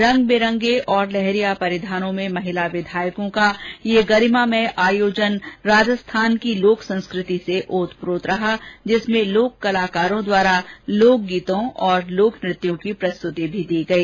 रंग बिरंगे और लहरियां परिधानों में महिला विधायकों का यह गरिमामय आयोजन राजस्थान की लोक संस्कृति से ओत प्रोत रहा जिसमें लोक कलाकारों द्वारा लोक गीतों तथा लोक नृत्यों की प्रस्तुतियां भी दी गई